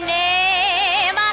name